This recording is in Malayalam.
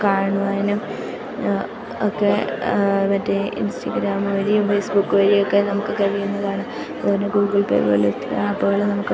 കാണുവാനും ഒക്കെ മറ്റേ ഇൻസ്റ്റാഗ്രാം വഴിയും ഫേസ്ബുക്ക് വഴിയൊക്കെ നമുക്ക് കഴിയുന്നതാണ് അതു പോലെ ഗൂഗിൾ പേ പോലെ ആപ്പുകൾ നമുക്ക്